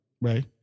right